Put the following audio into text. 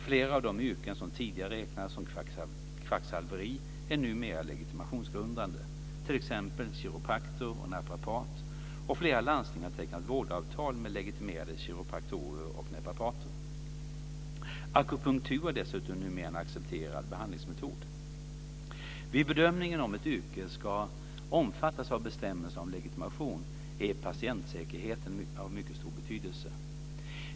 Flera av de yrken som tidigare räknades som kvacksalveri är numera legitimationsgrundande, t.ex. kiropraktor och naprapat, och flera landsting har tecknat vårdavtal med legitimerade kiropraktorer och naprapater. Akupunktur är dessutom numera en accepterad behandlingsmetod. Vid bedömningen av om ett yrke ska omfattas av bestämmelserna om legitimation är patientsäkerheten av mycket stor betydelse.